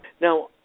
Now